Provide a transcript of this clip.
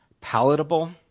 palatable